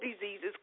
diseases